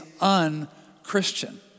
un-Christian